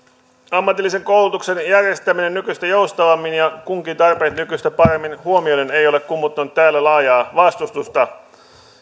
ammatillisen koulutuksen järjestäminen nykyistä joustavammin ja kunkin tarpeet nykyistä paremmin huomioiden ei ole kummuttanut täällä laajaa vastustusta